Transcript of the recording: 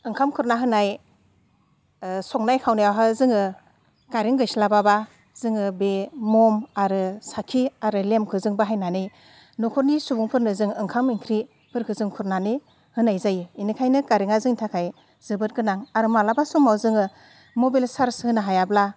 ओंखाम खुरना होनाय संनाय खावनायावहा जोङो कारेन्ट गैस्लाबाब्ला जोङो बे म'म आरो साखि आरो लेमखो जों बाहायनानै न'खरनि सुबुंफोरनो जों ओंखाम ओंख्रिफोरखो जों खुरनानै होनाय जायो एनिखायनो कारेन्टआ जोंनि थाखाय जोबोद गोनां आरो माब्लाबा समाव जोङो मबाइल चार्स होनो हायाब्ला